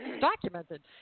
documented